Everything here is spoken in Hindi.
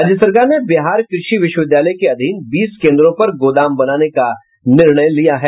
राज्य सरकार ने बिहार कृषि विश्वविद्यालय के अधीन बीस केन्द्रों पर गोदाम बनाने का निर्णय लिया है